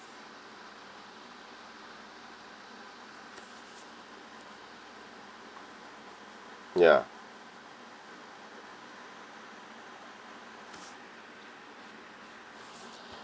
ya